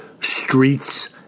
streets